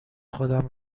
خودم